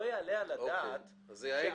לא יעלה על הדעת שאחרי --- אז הייתה